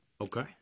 Okay